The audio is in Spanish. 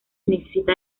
necesita